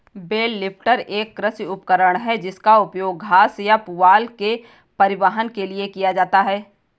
bell lifter एक कृषि उपकरण है जिसका उपयोग घास या पुआल के परिवहन के लिए किया जाता है